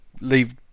leave